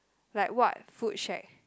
like what food shack